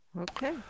Okay